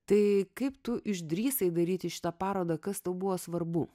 tai kaip tu išdrįsai daryti šitą parodą kas tau buvo svarbu